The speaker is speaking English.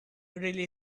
really